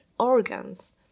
organs